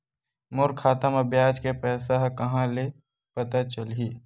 मोर खाता म ब्याज के पईसा ह कहां ले पता चलही?